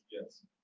Yes